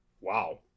Wow